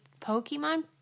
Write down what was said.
Pokemon